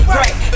right